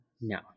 No